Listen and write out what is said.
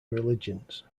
religions